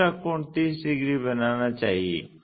दूसरा कोण 30 डिग्री बनाना चाहिए